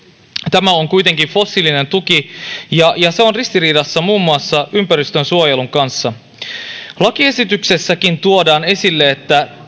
tämä on kuitenkin fossiilinen tuki ja ja se on ristiriidassa muun muassa ympäristönsuojelun kanssa lakiesityksessäkin tuodaan esille että